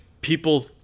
people